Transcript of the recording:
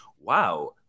wow